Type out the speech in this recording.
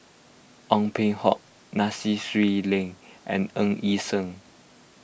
Ong Peng Hock Nai Sea Swee Leng and Ng Yi Sheng